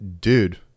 dude